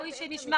שראוי שנשמע